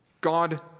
God